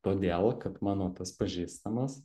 todėl kad mano tas pažįstamas